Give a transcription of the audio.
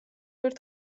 ერთ